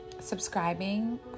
subscribing